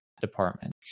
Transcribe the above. department